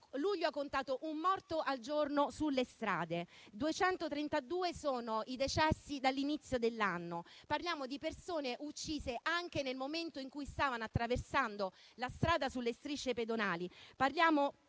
avendo contato un morto al giorno sulle strade. I decessi dall'inizio dell'anno sono 232. Parliamo di persone uccise anche nel momento in cui stavano attraversando la strada sulle strisce pedonali.